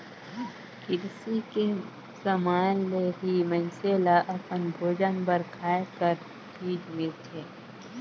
किरसी के समान ले ही मइनसे ल अपन भोजन बर खाए कर चीज मिलथे